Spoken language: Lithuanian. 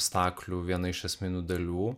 staklių viena iš esminių dalių